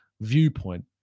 viewpoint